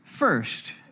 First